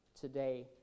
today